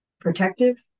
Protective